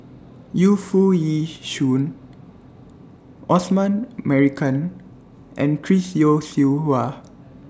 Yu Foo Yee Shoon Osman Merican and Chris Yeo Siew Hua